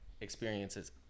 experiences